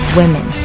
women